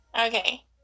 Okay